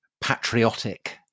patriotic